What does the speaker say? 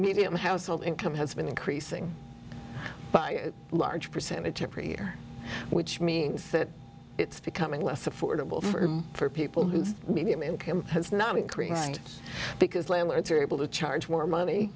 medium household income has been increasing by a large percentage per year which means that it's becoming less affordable for for people who median income has not increased because landlords are able to charge more money